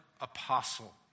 apostle